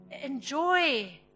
enjoy